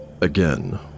Again